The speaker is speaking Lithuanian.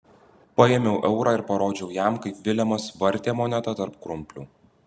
paėmiau eurą ir parodžiau jam kaip vilemas vartė monetą tarp krumplių